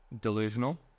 delusional